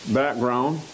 background